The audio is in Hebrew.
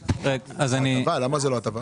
זה הטבה, למה זה לא הטבה?